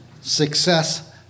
success